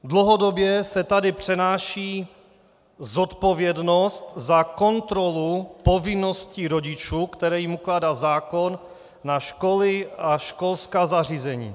Dlouhodobě se tady přenáší zodpovědnost za kontrolu povinností rodičů, které jim ukládá zákon, na školy a školská zařízení.